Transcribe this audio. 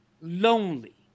lonely